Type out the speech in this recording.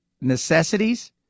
necessities